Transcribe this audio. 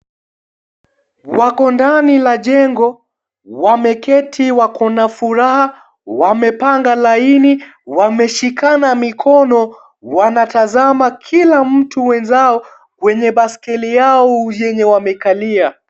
Wako ndani la jengo. Wameketi wako na furaha. Wamepanga laini. Wameshikana mikono. Wanatazama kila mtu mwenzao kwenye baiskeli yao yenye wamekalia.